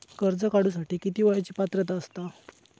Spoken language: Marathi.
कर्ज काढूसाठी किती वयाची पात्रता असता?